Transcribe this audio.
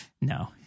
No